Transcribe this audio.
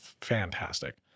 fantastic